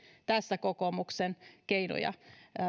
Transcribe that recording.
tässä kokoomuksen keinoja